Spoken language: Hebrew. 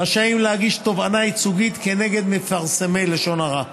רשאים להגיש תובענה ייצוגית נגד מפרסמי לשון הרע.